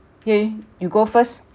yin you go first